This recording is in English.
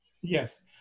yes